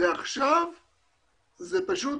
זה פשוט